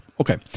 Okay